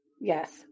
Yes